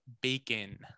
bacon